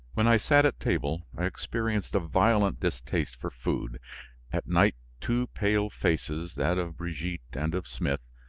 when i sat at table, i experienced a violent distaste for food at night two pale faces, that of brigitte and of smith,